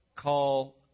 call